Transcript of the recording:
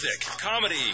comedy